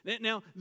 Now